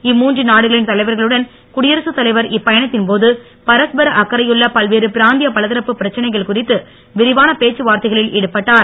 இம்மூன்று நாடுகளின் தலைவர்களுடன் குடியரகத் தலைவர் இப்பயணத்தின்போது பரஸ்பர அக்கறையுள்ள பல்வேறு பிராந்திய பலதரப்பு பிரச்னைகள் குறித்து விரிவான பேச்சுவார்தைகளில் ஈடுபட்டார்